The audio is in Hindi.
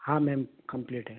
हाँ मैम कंप्लीट है